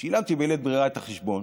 שילמתי בלית ברירה את החשבון,